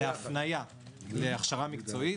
-- מגיע להפניה להכשרה מקצועית,